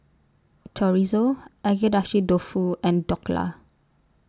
Chorizo Agedashi Dofu and Dhokla